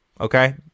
Okay